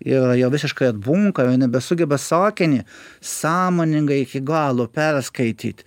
ir jau visiškai atbunkame nebesugeba sakinį sąmoningai iki galo perskaityt